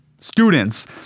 students